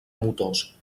motors